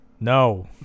No